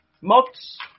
mods